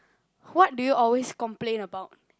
what do you always complain about